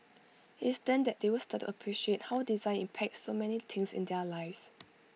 IT is then that they will start to appreciate how design impacts so many things in their lives